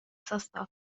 состав